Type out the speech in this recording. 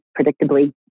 predictably